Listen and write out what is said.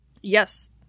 Yes